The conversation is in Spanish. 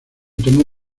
tomó